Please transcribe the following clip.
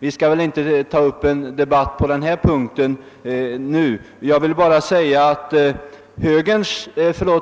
Vi skall väl inte ta upp en debatt på den punkten nu. Jag vill bara säga att